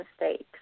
mistakes